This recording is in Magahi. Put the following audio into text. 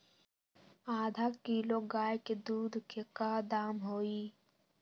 आधा किलो गाय के दूध के का दाम होई?